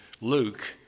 Luke